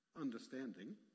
understanding